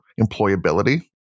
employability